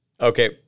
Okay